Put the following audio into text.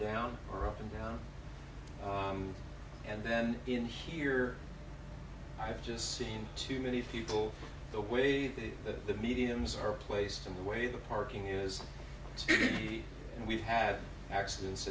down or up and down and then in here i've just seen too many people the way that the mediums are placed in the way the parking is speedy and we've had accidents